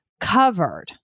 covered